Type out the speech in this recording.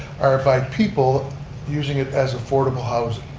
are by people using it as affordable housing.